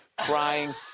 crying